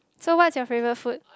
so what's your favourite food